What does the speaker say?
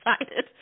excited